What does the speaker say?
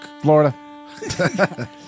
Florida